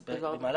זה כמובן